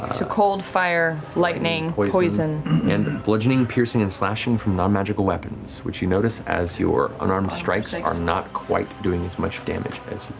to cold, fire, lightning, poison. matt and bludgeoning, piercing, and slashing from non-magical weapons, which you notice as your unarmed strikes like are not quite doing as much damage as